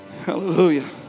Hallelujah